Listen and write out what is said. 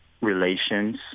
relations